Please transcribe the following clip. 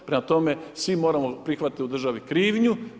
Prema tome, svi moramo prihvatiti u državu krivnju.